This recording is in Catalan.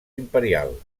imperial